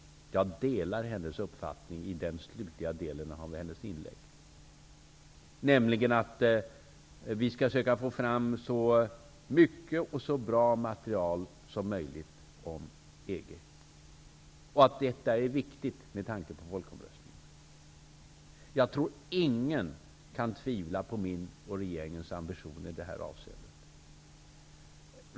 Jag delar hennes uppfattning i den slutliga delen av hennes inlägg, nämligen att vi skall söka få fram så mycket och så bra material som möjligt om EG. Detta är viktigt med tanke på folkomröstningen. Jag tror ingen kan tvivla på min och regeringens ambition i det här avseendet.